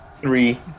Three